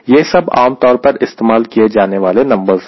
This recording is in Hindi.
यह सब आमतौर पर इस्तेमाल किए जाने वाले नंबर्स है